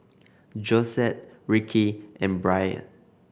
Josette Rickie and Brian